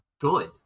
good